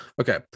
Okay